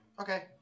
Okay